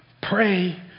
Pray